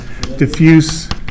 diffuse